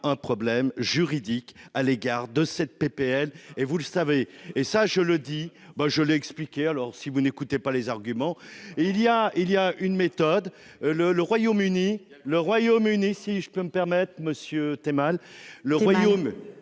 un problème juridique à l'égard de cette PPL et vous le savez et ça je le dis bah je l'ai expliqué. Alors si vous n'écoutez pas les arguments et il y a il y a une méthode le le Royaume-Uni le Royaume-Uni si je peux me permettre Monsieur mal le Royaume